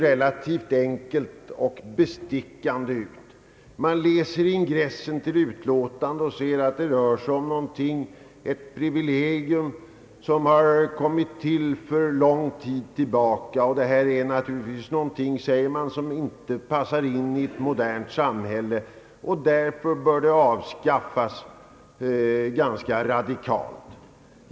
Detta ärende ser bestickande enkelt ut. När man läser ingressen till utlåtandet finner man att det rör sig om ett privilegium som kommit till för länge sedan. "Det är naturligtvis någonting, säger man, som inte passar in i ett modernt samhälle och därför bör avskaffas.